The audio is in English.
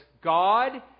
God